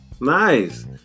Nice